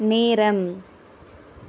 நேரம்